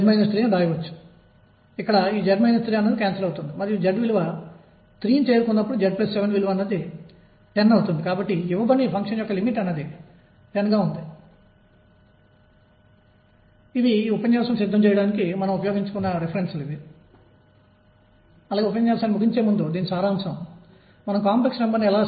కాబట్టి Wilson Sommerfeld quantization నిబంధన పరిచయాన్ని ఈ విధంగా ముగించారు ఇది 1 D కి వర్తింపజేయబడింది